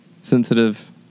sensitive